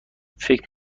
فکر